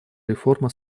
реформа